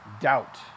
doubt